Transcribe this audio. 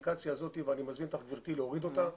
ואני מזמין אותך גברתי להוריד אותה.